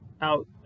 out